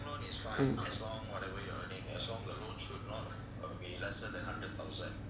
mm